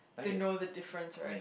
to know the difference right